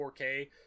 4k